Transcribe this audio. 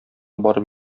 барып